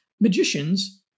Magicians